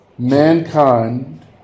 Mankind